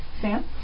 Sam